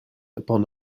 upon